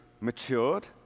matured